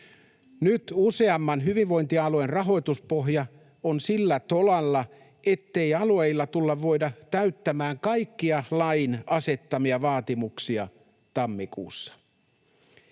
Nyt useamman hyvinvointialueen rahoituspohja on sillä tolalla, ettei alueilla voida tulla täyttämään kaikkia lain asettamia vaatimuksia tammikuussa.